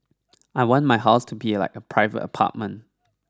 I want my house to be like a private apartment